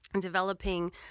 developing